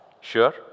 Sure